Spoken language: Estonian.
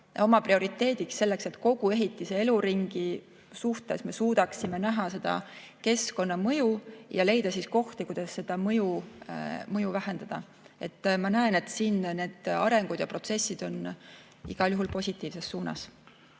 prioriteediks selle, et me kogu ehitise eluringi puhul suudaksime ette näha selle keskkonnamõju ja leida kohti, kuidas seda mõju vähendada. Ma näen, et siin on need arengud ja protsessid minemas igal juhul positiivses suunas.